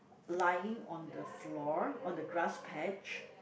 lying on the floor on the grass patch